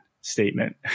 statement